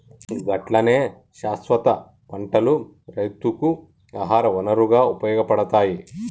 గట్లనే శాస్వత పంటలు రైతుకు ఆహార వనరుగా ఉపయోగపడతాయి